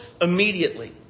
immediately